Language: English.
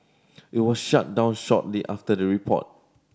it was shut down shortly after the report